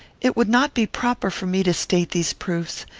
it would not be proper for me to state these proofs.